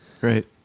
Right